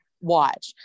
watch